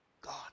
God